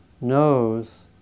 knows